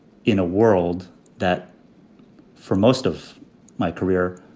in a world that for most of my career,